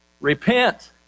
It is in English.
repent